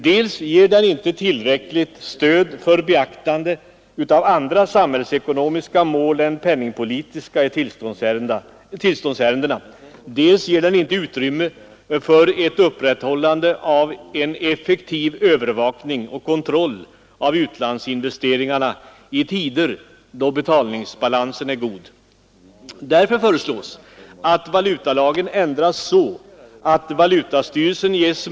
Dels ger den inte tillräckligt stöd för beaktande av andra samhällsekonomiska mål än penningpolitiska i tillståndsärendena, dels ger den inte utrymme för ett upprätthållande av en effektiv övervakning och kontroll av utlandsinvesteringarna i tider då betalningsbalansen är god.